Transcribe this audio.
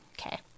Okay